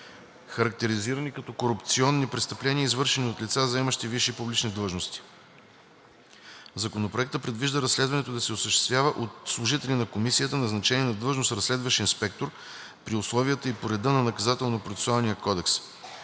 характеризирани като корупционни престъпления, извършени от лица, заемащи висши публични длъжности. Законопроектът предвижда разследването да се осъществява от служители на Комисията, назначени на длъжност „разследващ инспектор“, при условията и по реда на Наказателно-процесуалния кодекс.